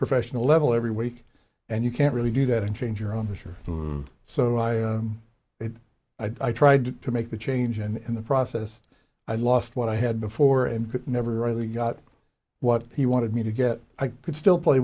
professional level every week and you can't really do that and change your own history so i tried to make the change and in the process i lost what i had before and never really got what he wanted me to get i could still play